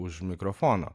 už mikrofono